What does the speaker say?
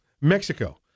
Mexico